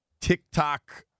TikTok